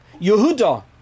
Yehuda